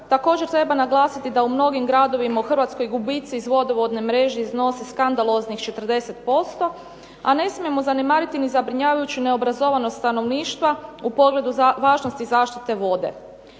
Također treba naglasiti da u mnogim gradovima u Hrvatskoj gubici iz vodovodne mreže iznose skandaloznih 40%, a ne smijemo zanemariti ni zabrinjavajuću neobrazovanost stanovništva u pogledu važnosti zaštite vode.